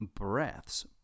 breaths